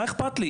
מה אכפת לי?